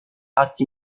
atti